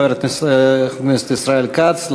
חבר הכנסת ישראל כץ,